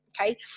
Okay